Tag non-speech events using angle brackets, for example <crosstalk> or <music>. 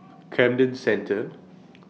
<noise> Camden Centre